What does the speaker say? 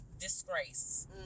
disgrace